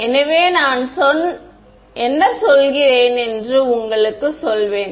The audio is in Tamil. எனவே நான் என்ன சொல்கிறேன் என்று உங்களுக்குச் சொல்வேன்